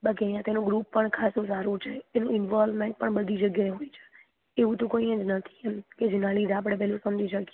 બાકી અહીંયા તો એનું ગ્રુપ પણ ખાસું સારું છે એનું ઈનવોલમેન્ટ પણ બધી જગ્યાએ હોય છે એવું તો કઈ જ નથી કે જેના લીધે આપણે પેલું સમજી શકીએ